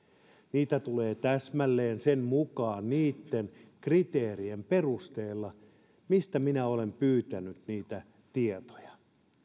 niitä tulee täsmälleen sen mukaan niitten kriteerien perusteella mistä minä olen pyytänyt tietoja